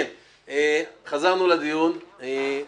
מצאנו נוסח לאור בחינת השיקולים